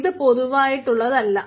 ഇത് പൊതുവായിട്ടുള്ളവയല്ല